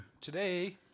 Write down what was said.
today